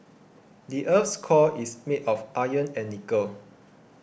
the earth's core is made of iron and nickel